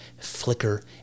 flicker